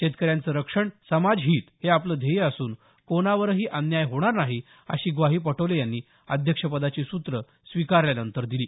शेतकऱ्यांचं रक्षण समाजहीत हे आपलं ध्येय असून कोणावरही अन्याय होणार नाही अशी ग्वाही पटोले यांनी अध्यक्षपदाची सूत्रं स्वीकारल्यानंतर दिली